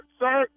sir